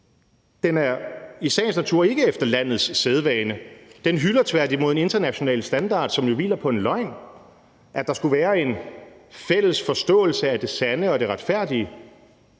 Den er i sagens natur ikke efter landets sædvane, den hylder tværtimod en international standard, som jo hviler på en løgn om, at der skulle være en fælles forståelse af det sande og det retfærdige.